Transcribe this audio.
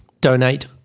donate